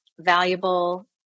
valuable